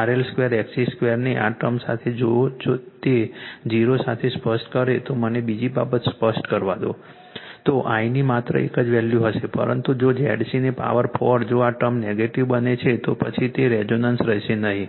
RL 2 XC 2 ને આ term સાથે જો તે 0 સાથે સ્પષ્ટ કરે તો મને બીજી બાબત સ્પષ્ટ કરવા દો તો l ની માત્ર એક જ વેલ્યૂ હશે પરંતુ જો ZC ને પાવર 4 જો આ ટર્મ નેગેટિવ બને છે તો પછી કોઈ રેઝોનન્સ રહેશે નહીં